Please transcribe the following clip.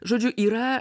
žodžiu yra